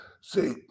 see